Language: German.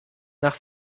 nach